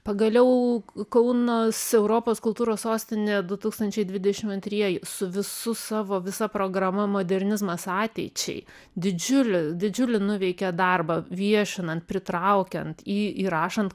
pagaliau kaunas europos kultūros sostinė du tūkstančiai dvidešim antrieji su visu savo visa programa modernizmas ateičiai didžiulį didžiulį nuveikė darbą viešinant pritraukiant į įrašant